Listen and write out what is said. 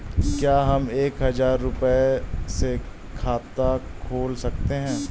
क्या हम एक हजार रुपये से खाता खोल सकते हैं?